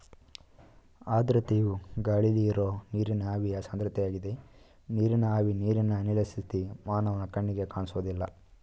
ಆರ್ದ್ರತೆಯು ಗಾಳಿಲಿ ಇರೋ ನೀರಿನ ಆವಿಯ ಸಾಂದ್ರತೆಯಾಗಿದೆ ನೀರಿನ ಆವಿ ನೀರಿನ ಅನಿಲ ಸ್ಥಿತಿ ಮಾನವನ ಕಣ್ಣಿಗೆ ಕಾಣ್ಸೋದಿಲ್ಲ